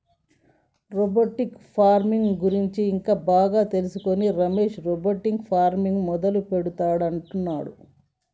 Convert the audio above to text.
robotic farming గురించి ఇంకా బాగా తెలుసుకొని రమేష్ రోబోటిక్ ఫార్మింగ్ మొదలు పెడుతా అంటున్నాడు